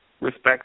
respect